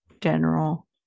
general